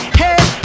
hey